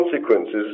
consequences